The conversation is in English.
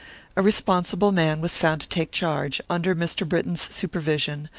a responsible man was found to take charge, under mr. britton's supervision,